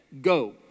go